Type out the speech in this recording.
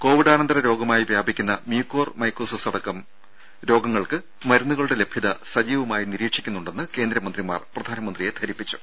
കോവിഡാനന്തര രോഗമായി വ്യാപിക്കുന്ന മ്യൂകോർ മൈക്കോസിസിന് അടക്കം മരുന്നുകളുടെ ലഭ്യത സജീവമായി നിരീക്ഷിക്കുന്നുണ്ടെന്ന് കേന്ദ്രമന്ത്രിമാർ പ്രധാനമന്ത്രിയെ ധരിപ്പിച്ചു